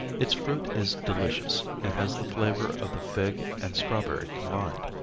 its fruit is delicious and has the flavor of the fig and strawberry combined.